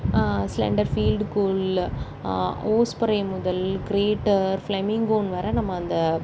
slender billed gull osprey முதல் greater flamingo வரை நம்ம அந்த